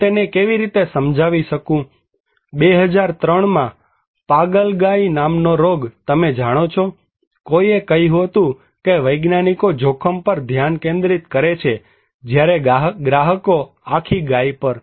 હું તેને કેવી રીતે સમજાવી શકું 2003માં પાગલ ગાય નામનો રોગ તમે જાણો છો કોઈકે કહ્યું હતું કે વૈજ્ઞાનિકો જોખમ પર ધ્યાન કેન્દ્રિત કરે છે જ્યારે ગ્રાહકો આખી ગાય પર